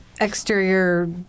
exterior